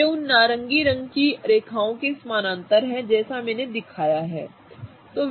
वे उन नारंगी रंग की रेखाओं के समानांतर हैं जैसा मैंने दिखाया है